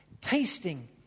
Tasting